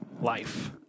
life